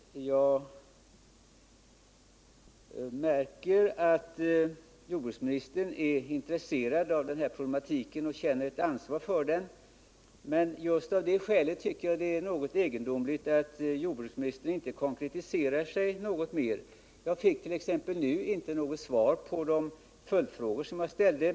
Herr talman! Jag märker att jordbruksministern är intresserad av den här problematiken och känner ett ansvar för den, men just av det skälet tycker jag det är egendomligt att jordbruksministern inte konkretiserar sig något mer. Jag fick t.ex. nu inte något svar på de följdfrågor som jag ställde.